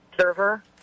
server